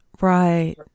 Right